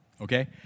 Okay